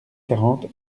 quarante